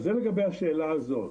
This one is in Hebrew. זה לגבי השאלה הזו.